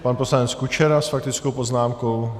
Pan poslanec Kučera s faktickou poznámkou.